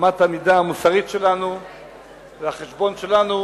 אמת המידה המוסרית שלנו והחשבון שלנו